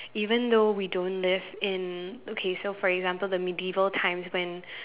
even though we don't live in okay so for example the medieval times when